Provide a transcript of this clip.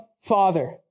Father